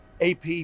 AP